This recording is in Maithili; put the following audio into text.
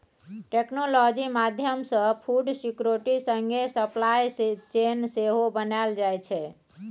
टेक्नोलॉजी माध्यमसँ फुड सिक्योरिटी संगे सप्लाई चेन सेहो बनाएल जाइ छै